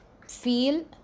Feel